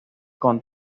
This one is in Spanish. con